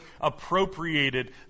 appropriated